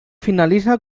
finalitza